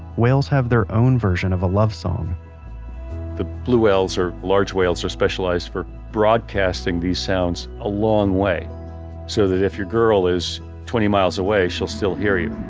whales have their own version of a love song the blue whales or large whales are specialized for broadcasting these sounds a long way so that if your girl is twenty miles away, she'll still hear you.